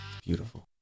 Beautiful